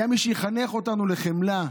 היה מי שיחנך אותנו לחמלה.